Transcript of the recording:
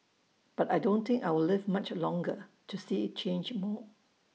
but I don't think I'll live much longer to see IT change more